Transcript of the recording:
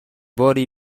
باری